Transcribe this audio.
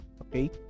Okay